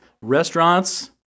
Restaurants